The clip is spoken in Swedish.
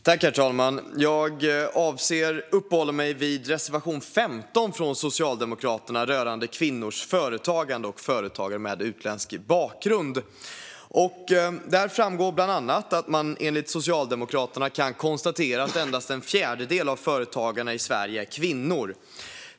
Herr talman! Jag ska uppehålla mig vid reservation 15 från Socialdemokraterna om kvinnors företagande och företagare med utländsk bakgrund. Där framgår bland annat att man enligt Socialdemokraterna kan konstatera att endast en fjärdedel av företagarna i Sverige är kvinnor.